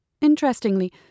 Interestingly